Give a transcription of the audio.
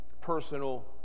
personal